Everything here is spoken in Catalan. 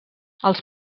els